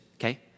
okay